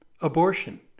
abortion